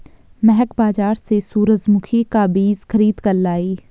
महक बाजार से सूरजमुखी का बीज खरीद कर लाई